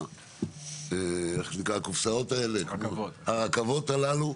עם הרכבות הללו,